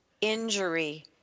injury